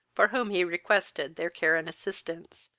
for whom he requested their care and assistance.